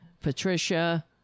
Patricia